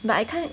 but I can't